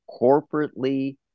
corporately